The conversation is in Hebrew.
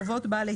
עוד דבר אחד.